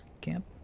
camp